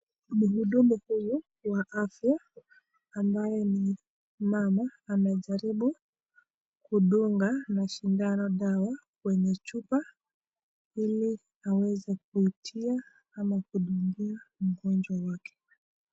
Mhudumu huyu wa afya ambaye ni mama, amejaribu kudunga na sindano dawa kwenye chupa ili aweze kutia ama kidungia mgonjwa wake .